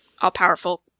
all-powerful